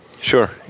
Sure